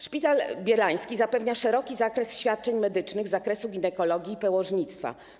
Szpital Bielański zapewnia szeroki zakres świadczeń medycznych z zakresu ginekologii i położnictwa.